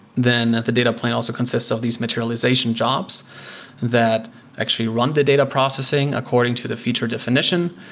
then the data plane also consists of these materialization jobs that actually run the data processing according to the feature definition.